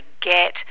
get